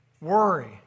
worry